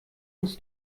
uns